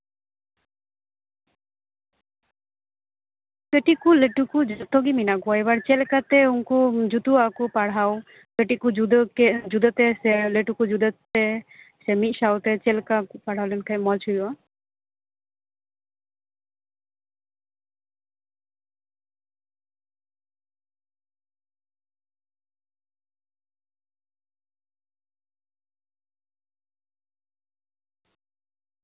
ᱠᱟᱹᱴᱤᱡ ᱠᱚ ᱞᱟᱹᱴᱩ ᱠᱚ ᱡᱚᱛᱚ ᱜᱮ ᱢᱮᱱᱟᱜ ᱠᱚᱣᱟ ᱮᱵᱟᱨ ᱪᱮᱫᱞᱮᱠᱟ ᱛᱮ ᱩᱝᱠᱩ ᱡᱩᱛᱩᱜ ᱟᱠᱚ ᱯᱟᱲᱦᱟᱣ ᱠᱟᱹᱴᱤᱡ ᱠᱚ ᱡᱩᱫᱟᱹᱛᱮ ᱥᱮ ᱞᱟᱹᱴᱩ ᱠᱩ ᱡᱩᱫᱟᱹᱛᱮ ᱥᱮ ᱢᱤᱫ ᱥᱟᱶᱛᱮ ᱪᱮᱫ ᱞᱮᱠᱟ ᱠᱚ ᱯᱟᱲᱦᱟᱣ ᱞᱮᱱᱠᱷᱟᱱ ᱢᱚᱡᱽ ᱦᱩᱭᱩᱜᱼᱟ